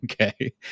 Okay